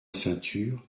ceinture